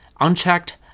unchecked